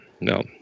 No